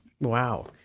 Wow